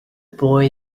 boy